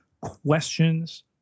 questions